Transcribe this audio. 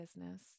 business